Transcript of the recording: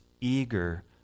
eager